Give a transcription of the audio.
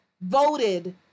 voted